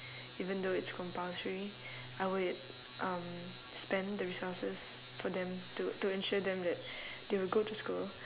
even though it's compulsory I would um spend the resources for them to to ensure them that they will go to school